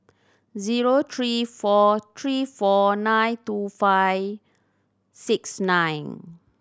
zero three four three four nine two five six nine